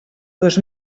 dos